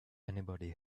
anybody